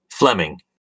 Fleming